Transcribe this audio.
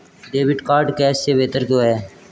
Debit card cash से बेहतर क्यों है?